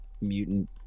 mutant